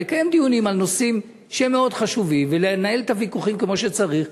לקיים דיונים על נושאים שהם מאוד חשובים ולנהל את הוויכוחים כמו שצריך,